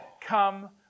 Come